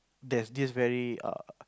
there's this very err